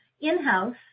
in-house